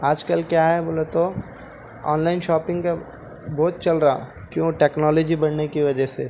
آج کل کیا ہے بولے تو آن لائن شاپنگ کا بہت چل رہا کیوں ٹکنالوجی بڑھنے کی وجہ سے